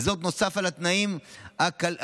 וזאת נוסף על התנאים הכלליים,